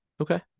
okay